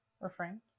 refrain